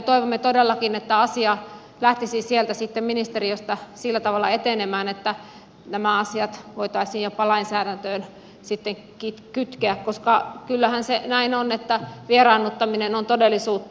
toivomme todellakin että asia lähtisi sitten sieltä ministeriöstä sillä tavalla etenemään että nämä asiat voitaisiin sitten jopa lainsäädäntöön kytkeä koska kyllähän se näin on että vieraannuttaminen on todellisuutta